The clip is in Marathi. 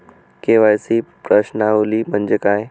के.वाय.सी प्रश्नावली म्हणजे काय?